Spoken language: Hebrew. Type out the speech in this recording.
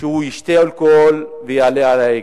שהוא ישתה אלכוהול ויעלה על ההגה.